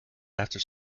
after